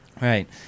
right